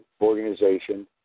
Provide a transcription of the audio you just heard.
organization